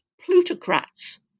plutocrats